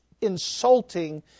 insulting